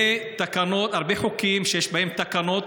הרבה חוקים שיש בהם תקנות,